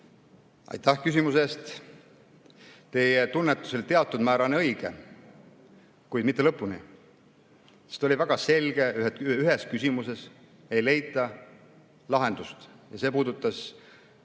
Aitäh küsimuse eest! Teie tunnetus oli teatud määrani õige, kuid mitte lõpuni, sest oli väga selge, et ühes küsimuses ei leita lahendust. See puudutas